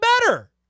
better